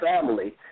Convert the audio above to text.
family